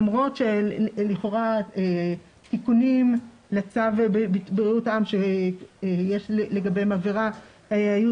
למרות שלכאורה תיקונים לצו בריאות העם שיש לגביהם עבירה היו